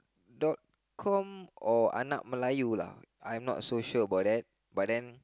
dot com or I'm not so sure about that but then